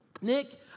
Nick